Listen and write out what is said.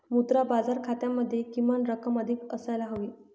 मुद्रा बाजार खात्यामध्ये किमान रक्कम अधिक असायला हवी